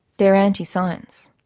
they are anti science.